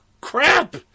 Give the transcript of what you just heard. crap